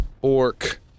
orc